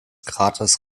kraters